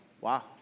Wow